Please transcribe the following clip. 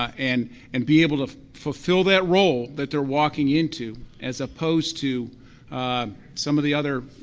and and be able to fulfill that role that they're walking into? as opposed to some of the other